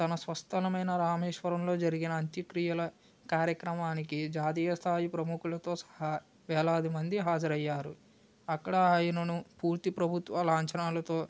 తన స్వస్థలమైన రామేశ్వరంలో జరిగిన అంత్యక్రియల కార్యక్రమానికి జాతీయ స్థాయి ప్రముఖులతో సహా వేలాది మంది హాజరయ్యారు అక్కడ ఆయనను పూర్తి ప్రభుత్వ లాంఛనాలతో